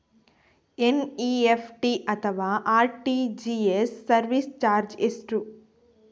NEFT ಅಥವಾ RTGS service charge ಎಷ್ಟು?